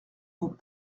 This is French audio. vont